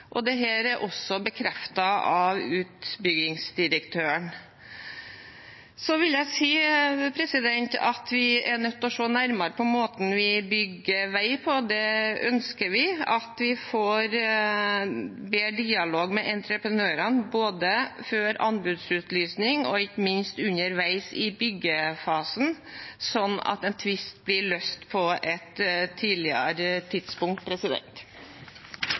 er også bekreftet av utbyggingsdirektøren. Så vil jeg si at vi er nødt til å se nærmere på måten vi bygger vei på. Vi ønsker at vi får bedre dialog med entreprenørene, både før anbudsutlysing og ikke minst underveis i byggefasen, sånn at en tvist blir løst på et tidligere tidspunkt.